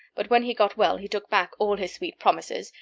but when he got well he took back all his sweet promises,